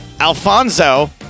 Alfonso